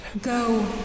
Go